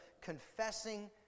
confessing